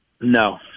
No